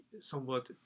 somewhat